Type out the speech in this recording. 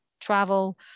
travel